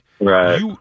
Right